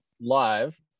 live